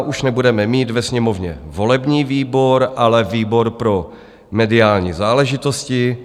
Už nebudeme mít ve Sněmovně volební výbor, ale výbor pro mediální záležitosti.